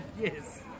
Yes